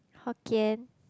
Hokkien